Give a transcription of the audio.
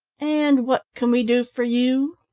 and what can we do for you?